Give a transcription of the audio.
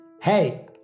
Hey